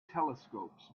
telescopes